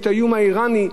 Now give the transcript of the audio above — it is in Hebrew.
יש האיום האירני,